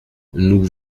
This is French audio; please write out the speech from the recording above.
nous